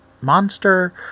monster